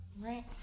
right